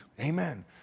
Amen